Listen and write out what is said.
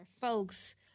folks